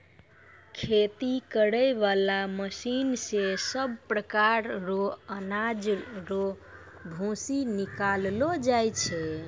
खेती करै बाला मशीन से सभ प्रकार रो अनाज रो भूसी निकालो जाय छै